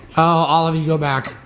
oh, all of you go back.